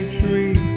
tree